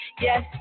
Yes